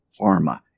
pharma